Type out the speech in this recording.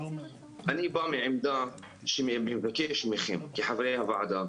אני בא מעמדה שמבקש מכם, כחברי הוועדה,